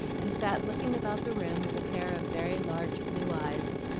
and sat looking about the room with a pair of very large blue eyes,